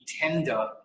tender